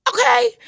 okay